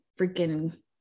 freaking